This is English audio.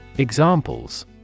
Examples